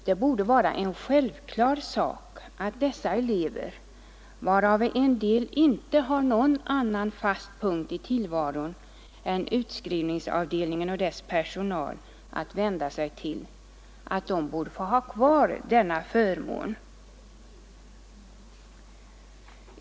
Det borde vara en självklar sak att dessa elever, av vilka en del inte har någon annan fast punkt i tillvaron än utskrivningsavdelningen och dess personal, får ha kvar denna förmån.